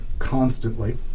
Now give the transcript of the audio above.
constantly